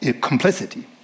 complicity